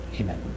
Amen